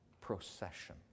procession